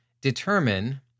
determine—